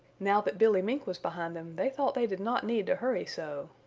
now that billy mink was behind them they thought they did not need to hurry so.